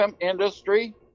industry